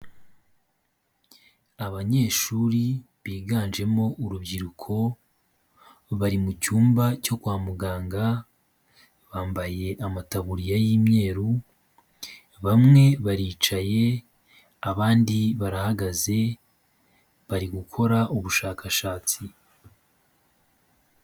Abanyeshuri biganjemo urubyiruko bari mu cyumba cyo kwa muganga, bambaye amataburiya y'imyeru; bamwe baricaye abandi barahagaze bari gukora ubushakashatsi.